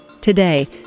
Today